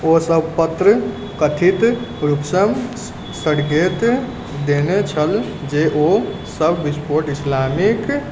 ओ सभ पत्र कथित देने छल जे ओ सब विस्फोट इस्लामिक